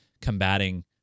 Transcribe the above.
combating